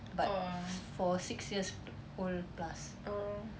but for six years old plus